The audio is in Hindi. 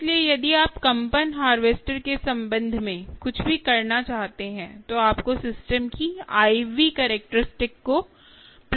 इसलिए यदि आप कंपन हारवेस्टर के संबंध में कुछ भी करना चाहते हैं तो आपको सिस्टम की IV कैरेक्टरिस्टिक को प्लॉट करना होगा